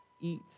eat